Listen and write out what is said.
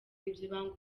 ibyo